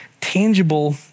tangible